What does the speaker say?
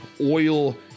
oil